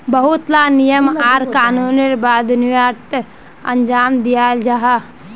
बहुत ला नियम आर कानूनेर बाद निर्यात अंजाम दियाल जाहा